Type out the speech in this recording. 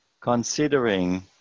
Considering